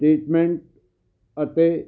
statement ਅਤੇ